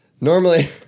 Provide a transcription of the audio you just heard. Normally